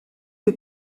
que